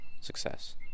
Success